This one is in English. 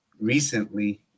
recently